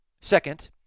Second